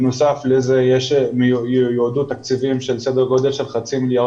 בנוסף לזה יועדו תקציבים בסדר גודל של חצי מיליארד